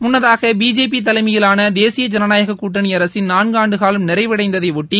முன்னதாக பிஜேபி தலைமையிலாள தேசிய ஜனநாயகக் கூட்டணி அரசின் நான்கு ஆண்டுகாலம் நிறைவடைந்ததை ஒட்டி